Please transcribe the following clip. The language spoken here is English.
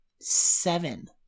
seven